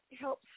help